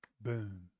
Boom